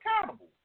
accountable